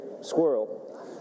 squirrel